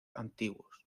antiguos